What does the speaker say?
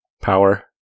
power